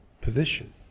position